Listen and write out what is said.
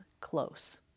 close